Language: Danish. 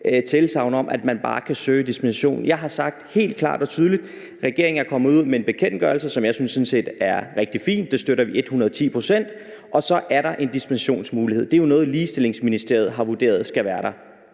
tilsagn om at man bare kan søge dispensation. Jeg har sagt helt klart og tydeligt, at regeringen er kommet ud med en bekendtgørelse, som jeg sådan set synes er rigtig fin, og det støtter vi ethundredeti procent, og så er der en dispensationsmulighed, og det er jo noget, Ligestillingsministeriet har vurderet skal være der.